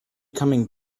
coming